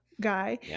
guy